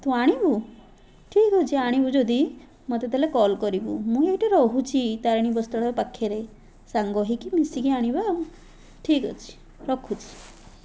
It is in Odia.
ତୁ ଆଣିବୁ ଠିକ ଅଛି ଆଣିବୁ ଯଦି ମୋତେ ତାହେଲେ କଲ୍ କରିବୁ ମୁଁ ସେଇଠି ରହୁଛି ତାରିଣୀ ବସ୍ତ୍ରାଳୟ ପାଖରେ ସାଙ୍ଗ ହେଇକି ମିଶିକି ଆଣିବା ଆଉ ଠିକ ଅଛି ରଖୁଛି